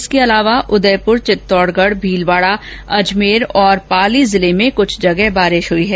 इसके अलावा उदयपुर चित्तौड़गढ़ भीलवाड़ा अजमेर पाली जिले में कुछ जगह बारिश हुई है